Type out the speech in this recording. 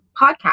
podcast